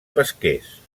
pesquers